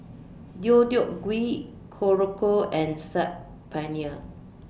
Deodeok Gui Korokke and Saag Paneer